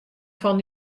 fan